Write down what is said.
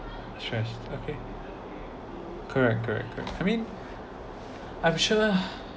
stress okay correct correct correct I mean I'm sure